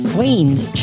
Queen's